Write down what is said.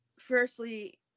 firstly